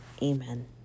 Amen